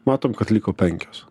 matom kad liko penkios